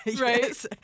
Right